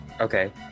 Okay